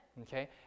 Okay